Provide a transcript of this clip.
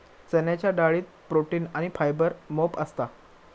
चण्याच्या डाळीत प्रोटीन आणी फायबर मोप असता